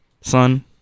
son